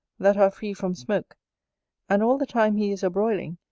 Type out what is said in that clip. that are free from smoke and all the time he is a-broiling,